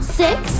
six